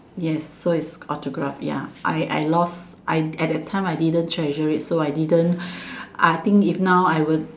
yes so is autograph ya I I lost I at that time I didn't treasure it so I didn't I think if now I would